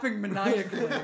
maniacally